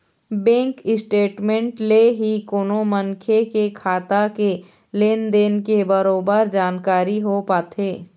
bank statement ले ही कोनो मनखे के खाता के लेन देन के बरोबर जानकारी हो पाथे